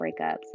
breakups